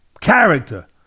character